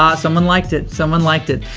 ah someone liked it. someone liked it.